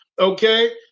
okay